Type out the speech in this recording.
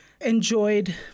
enjoyed